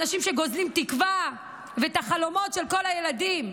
אנשים שגוזלים תקווה ואת החלומות של כל הילדים.